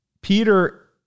Peter